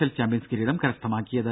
L champions കിരിടം കരസ്ഥമാക്കിയത്